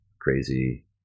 crazy